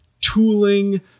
tooling